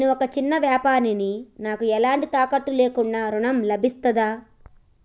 నేను ఒక చిన్న వ్యాపారిని నాకు ఎలాంటి తాకట్టు లేకుండా ఋణం లభిస్తదా?